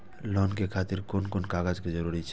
Loan के खातिर कोन कोन कागज के जरूरी छै?